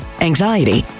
anxiety